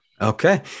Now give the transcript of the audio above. Okay